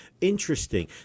Interesting